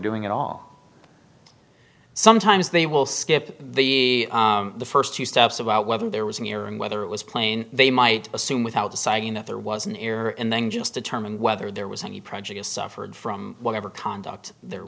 doing at all sometimes they will skip the first two steps about whether there was an error and whether it was plain they might assume without deciding that there was an error and then just determine whether there was any prejudice suffered from whatever conduct there